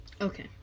Okay